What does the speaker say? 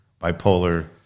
bipolar